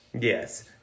Yes